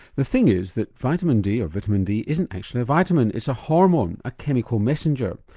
the thing is that vitamin d vitamin d isn't actually a vitamin, it's a hormone, a chemical messenger.